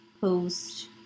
post